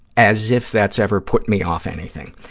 as if that's ever put me off anything.